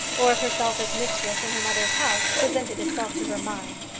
or of herself as mistress in her mother's house, presented itself to her mind.